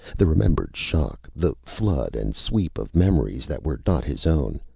the remembered shock, the flood and sweep of memories that were not his own.